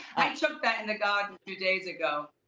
i took that in the garden a few days ago.